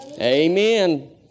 Amen